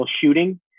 shooting